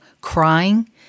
crying